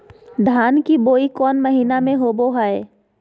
धान की बोई कौन महीना में होबो हाय?